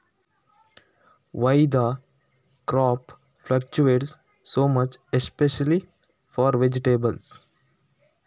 ಬೆಳೆ ಯಾಕೆ ಅಷ್ಟೊಂದು ಏರು ಇಳಿತ ಆಗುವುದು, ತರಕಾರಿ ಗಳಿಗೆ ವಿಶೇಷವಾಗಿ?